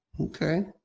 Okay